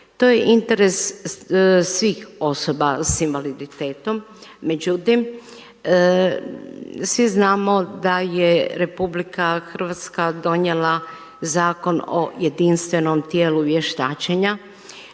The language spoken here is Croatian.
To je interes svih osoba sa invaliditetom, međutim svi znamo da je Republika Hrvatska donijela Zakon o jedinstvenom tijelu vještačenja.